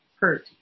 hurt